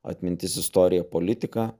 atmintis istorija politika